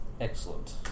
Excellent